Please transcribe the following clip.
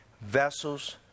Vessels